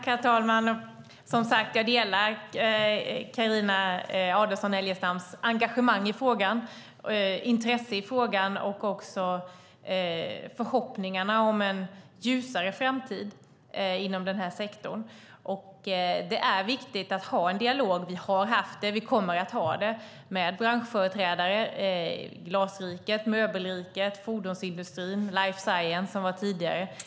Herr talman! Jag delar som sagt Carina Adolfsson Elgestams engagemang och intresse i frågan och även förhoppningarna om en ljusare framtid inom denna sektor. Det är viktigt att ha en dialog. Vi har haft och kommer att ha det med branschföreträdare i Glasriket, Möbelriket, fordonsindustrin och life science.